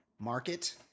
market